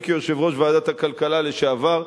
אני כיושב-ראש ועדת הכלכלה לשעבר,